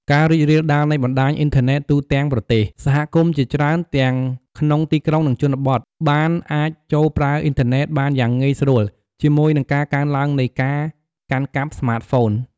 ការរីករាលដាលនៃបណ្ដាញអ៊ីនធឺណេតទូទាំងប្រទេស សហគមន៍ជាច្រើនទាំងក្នុងទីក្រុង និងជនបទ បានអាចចូលប្រើអ៊ីនធឺណេតបានយ៉ាងងាយស្រួល ជាមួយនឹងការកើនឡើងនៃការកាន់កាប់ស្មាតហ្វូន។